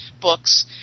books